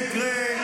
אבל זה יקרה.